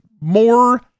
more